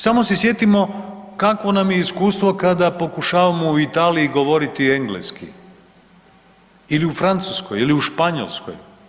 Samo se sjetimo kakvo nam je iskustvo kada pokušavamo u Italiji govoriti engleski ili u Francuskoj ili u Španjolskoj.